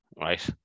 right